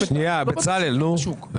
לא בתחום של השוק.